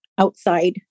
outside